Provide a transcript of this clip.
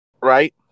Right